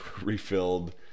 refilled